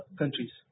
countries